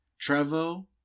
Trevo